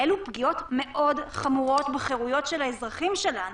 אלו פגיעות מאוד חמורות בחירויות של האזרחים שלנו.